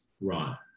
Right